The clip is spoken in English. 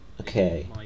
Okay